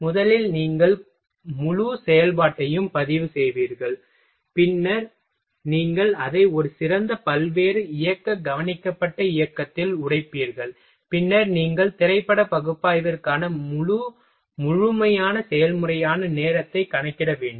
முதலில் நீங்கள் முழு செயல்பாட்டையும் பதிவு செய்வீர்கள் பின்னர் நீங்கள் அதை ஒரு சிறந்த பல்வேறு இயக்க கவனிக்கப்பட்ட இயக்கத்தில் உடைப்பீர்கள் பின்னர் நீங்கள் திரைப்பட பகுப்பாய்விற்கான முழு முழுமையான செயல்முறையான நேரத்தை கணக்கிட வேண்டும்